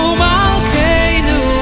malkeinu